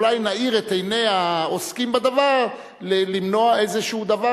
אולי נאיר את עיני העוסקים בדבר למנוע איזה דבר